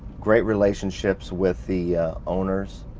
great relationships with the owners.